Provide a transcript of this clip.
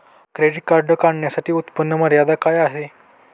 Credit card काढण्यासाठी उत्पन्न मर्यादा काय आहे?